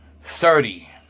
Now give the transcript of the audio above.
thirty